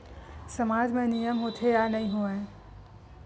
सामाज मा नियम होथे या नहीं हो वाए?